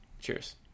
cheers